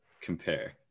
compare